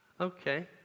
Okay